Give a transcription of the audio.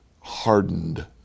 hardened